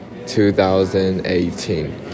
2018